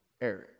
Eric